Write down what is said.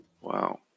Wow